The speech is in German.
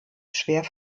schwer